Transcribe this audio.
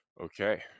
Okay